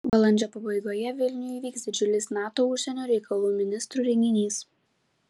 balandžio pabaigoje vilniuje vyks didžiulis nato užsienio reikalų ministrų renginys